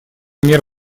мер